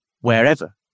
wherever